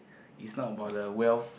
is not about the wealth